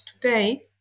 today